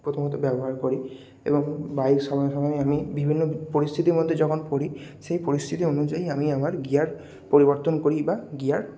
প্রথমত ব্যবহার করি এবং বাইক সময়ে সময়ে আমি বিভিন্ন পরিস্থিতির মধ্যে যখন পড়ি সেই পরিস্থিতি অনুযায়ী আমি আমার গিয়ার পরিবর্তন করি বা গিয়ার